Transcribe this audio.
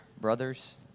brothers